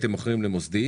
הייתם מוכרים למוסדיים,